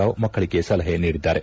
ರಾವ್ ಮಕ್ಕಳಿಗೆ ಸಲಹೆ ನೀಡಿದ್ದಾರೆ